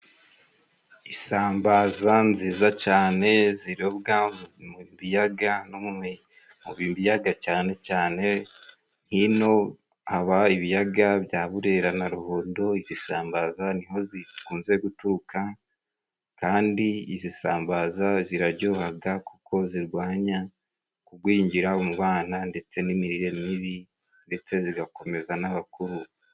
Isambaza nziza cyane ziroga mu biyaga no mu biyaga cyane cyane ino haba ibiyaga bya burera na ruhondo izisambaza niho zikunze guturuka kandi izisambaza ziraryohaga kuko zirwanya kugwingira mu bana ndetse n'imirire mibi ndetse zigakomeza n'abakuru.